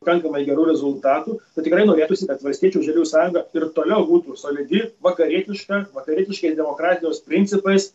pakankamai gerų rezultatų tad tikrai norėtųsi kad valstiečių ir žaliųjų sąjunga ir toliau būtų solidi vakarietiška vakarietiškais demokratijos principais